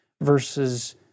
versus